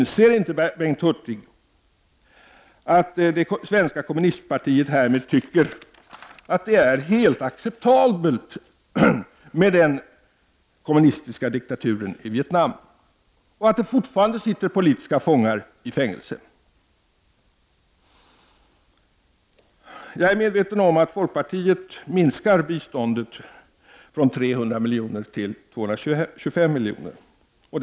Inser inte Bengt Hurtig att det svenska kommunistpartiet härmed menar att det är helt acceptabelt med den kommunistiska diktaturen i Vietnam och att det fortfarande sitter politiska fångar i fängelse? Jag är medveten om att folkpartiet vill minska biståndet från 300 milj.kr. till 225 milj.kr.